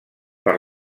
per